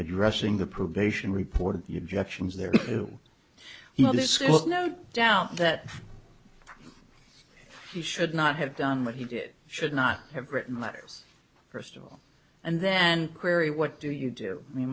addressing the probation report the objections there to you know there's no doubt that he should not have done what he did should not have written letters first of all and then carry what do you do i mean